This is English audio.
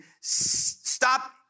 stop